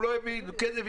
הוא לא הבין, כן הבין.